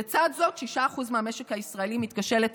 לצד זאת, 6% מהמשק הישראלי מתקשה לתפקד.